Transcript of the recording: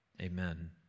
Amen